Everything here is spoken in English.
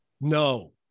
No